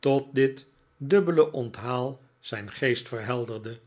tot dit dubbele onthaal zijn geest verhelderde